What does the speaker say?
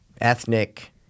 Ethnic